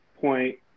point